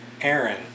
Aaron